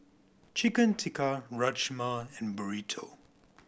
Chicken Tikka Rajma and Burrito